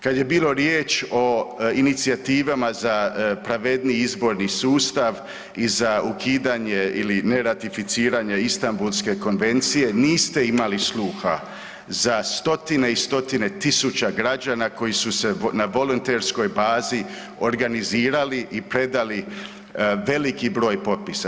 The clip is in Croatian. Kad je bilo riječ o inicijativama za pravedniji izborni sustav i za ukidanje ili neratificiranje Istambulske konvencije niste imali sluha za stotine i stotine tisuća građana koji su se na volonterskoj bazi organizirali i predali veliki broj potpisa.